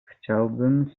chciałbym